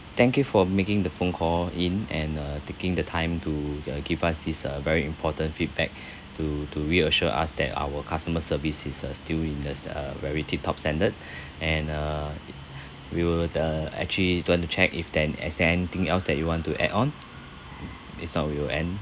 thank you for making the phone call in and uh taking the time to give uh us this uh very important feedback to to reassure us that our customer service is uh still in the st~ uh very tip top standard and uh we will uh actually to want to check if then is there anything else that you want to add on if not we will end